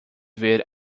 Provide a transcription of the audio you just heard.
ver